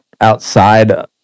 outside